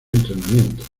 entrenamientos